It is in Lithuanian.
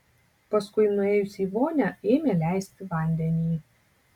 paskui nuėjusi į vonią ėmė leisti vandenį